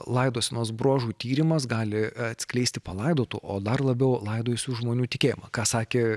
laidosenos bruožų tyrimas gali atskleisti palaidotų o dar labiau laidojusių žmonių tikėjimą ką sakė